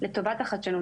לטובת החדשנות.